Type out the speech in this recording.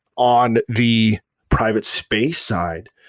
on the private space side,